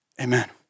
Amen